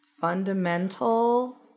fundamental